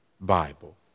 Bible